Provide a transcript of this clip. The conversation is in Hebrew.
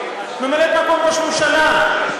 ממלאת-מקום ראש ממשלה.